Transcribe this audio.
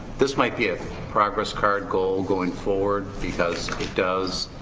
this might be a progress card goal going forward because it does,